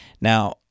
Now